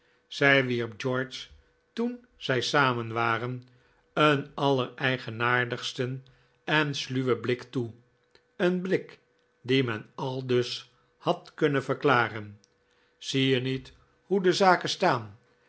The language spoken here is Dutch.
zij wierp george toen zij samen waren een allereigenaardigsten en sluwen blik toe een blik dien men aldus had kunnen verklaren zie je niet hoe de zaken staan